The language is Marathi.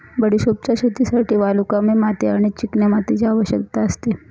बडिशोपच्या शेतीसाठी वालुकामय माती आणि चिकन्या मातीची आवश्यकता असते